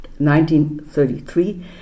1933